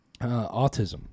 autism